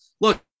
Look